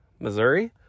Missouri